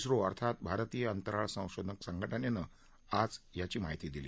झो अर्थात भारतीय अंतराळ संशोधन संघटनेनं आज याची माहिती दिली